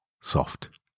soft